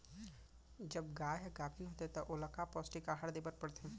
जब गाय ह गाभिन होथे त ओला का पौष्टिक आहार दे बर पढ़थे?